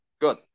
Good